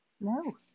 No